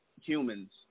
humans